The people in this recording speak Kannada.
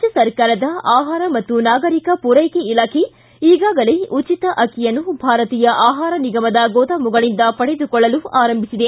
ರಾಜ್ಯ ಸರ್ಕಾರದ ಆಹಾರ ಮತ್ತು ನಾಗರಿಕ ಪೂರೈಕೆ ಇಲಾಖೆ ಈಗಾಗಲೇ ಉಚಿತ ಅಕ್ಕಿಯನ್ನು ಭಾರತೀಯ ಆಹಾರ ನಿಗಮದ ಗೋದಾಮುಗಳಿಂದ ಪಡೆದುಕೊಳ್ಳಲು ಆರಂಭಿಸಿದೆ